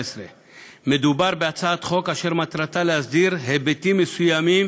מדובר בהצעת חוק אשר מטרתה להסדיר היבטים מסוימים